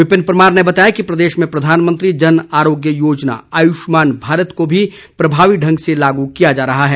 विपिन परमार ने बताया कि प्रदेश में प्रधानमंत्री जन आरोग्य योजना आयुष्मान भारत को भी प्रभावी ढंग से लागू किया जा रहा है